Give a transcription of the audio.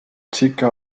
ticker